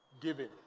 giving